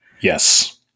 Yes